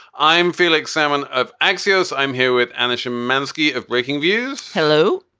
i'm felix salmon of axios. i'm here with anish manski of breakingviews. hello.